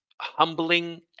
humbling